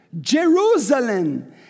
Jerusalem